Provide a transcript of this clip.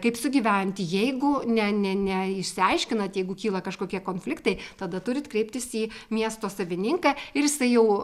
kaip sugyventi jeigu ne ne ne išsiaiškinat jeigu kyla kažkokie konfliktai tada turit kreiptis į miesto savininką ir jisai jau